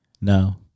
No